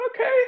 Okay